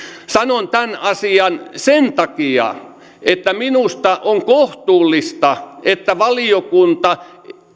sanon tämän asian sen takia että minusta on kohtuullista että valiokunta